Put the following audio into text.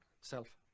self